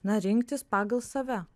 na rinktis pagal save